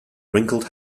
wrinkled